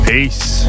Peace